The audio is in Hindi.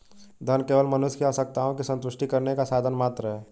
धन केवल मनुष्य की आवश्यकताओं की संतुष्टि करने का साधन मात्र है